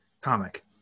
comic